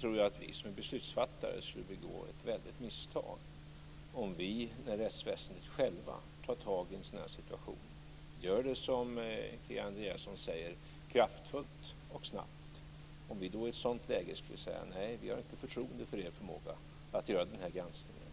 tror jag att vi som är beslutsfattare skulle begå ett väldigt misstag om vi - när rättsväsendet självt tar tag i en sådan här situation och gör det, som Kia Andreasson säger, kraftfullt och snabbt - skulle säga: Nej, vi har inte förtroende för er förmåga att göra den här granskningen.